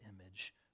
image